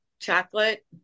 chocolate